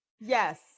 Yes